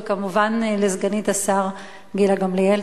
וכמובן לסגנית השר גילה גמליאל.